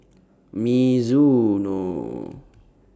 Mizuno